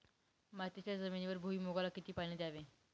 मातीच्या जमिनीवर भुईमूगाला किती पाणी द्यावे?